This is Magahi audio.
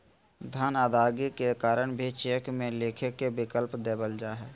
धन अदायगी के कारण भी चेक में लिखे के विकल्प देवल जा हइ